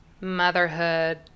motherhood